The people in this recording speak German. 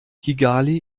kigali